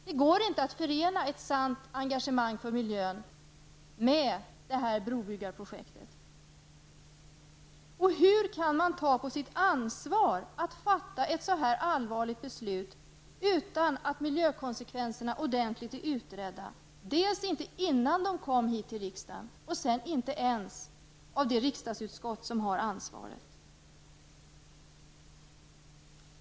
Det går inte att förena ett sant engagemang för miljön med detta brobyggarprojekt. Och hur kan man ta på sitt ansvar att fatta ett så allvarligt beslut utan att miljökonsekvenserna är ordentligt utredda, vare sig innan förslaget kom till riksdagen eller ens av det riksdagsutskott som har ansvaret.